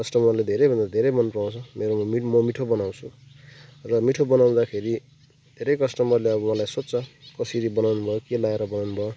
कस्टमरले धेरैभन्दा धेरै मन पराउँछ मेरोमा म मिठो बनाउँछु र मिठो बनाउँदाखेरि धेरै कस्टमरले अब मलाई सोध्छ कसरी बनाउनुभयो के लाएर बनाउनुभयो